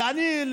ואני,